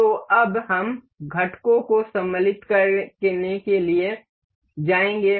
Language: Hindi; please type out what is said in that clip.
तो अब हम घटकों को सम्मिलित करने के लिए जाएंगे